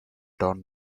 don